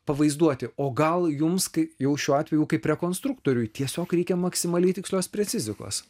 pavaizduoti o gal jums kai jau šių atvejų kai prie konstruktoriui tiesiog reikia maksimaliai tikslios precizikos